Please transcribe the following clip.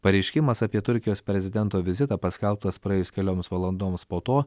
pareiškimas apie turkijos prezidento vizitą paskelbtas praėjus kelioms valandoms po to